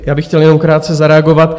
Já bych chtěl jenom krátce zareagovat.